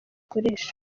akoresha